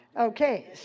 Okay